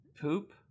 poop